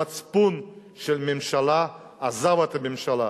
המצפון של הממשלה עזב את הממשלה.